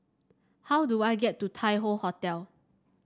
how do I get to Tai Hoe Hotel